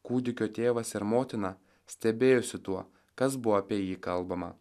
kūdikio tėvas ir motina stebėjosi tuo kas buvo apie jį kalbama